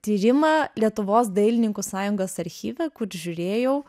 tyrimą lietuvos dailininkų sąjungos archyve kur žiūrėjau